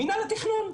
מינהל התכנון,